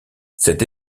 cette